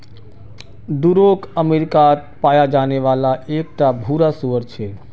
Duroc अमेरिकात पाया जाने वाला एक टा भूरा सूअर छे